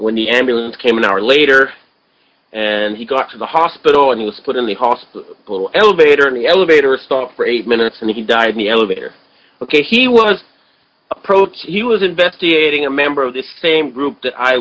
when the ambulance came an hour later and he got to the hospital and he was put in the hospital elevator in the elevator stopped for eight minutes and he died the elevator ok he was he was investigating a member of this same group that i